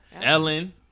Ellen